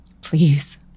Please